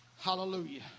Hallelujah